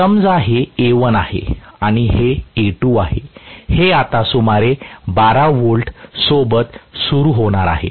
समजा हे A1 आहे आणि हे A2 आहे हे आता सुमारे 12 V सोबत सुरू होणार आहे